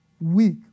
weak